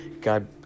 God